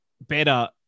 better